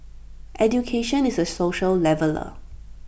education is A social leveller